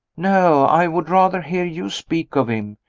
no! i would rather hear you speak of him.